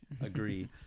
agree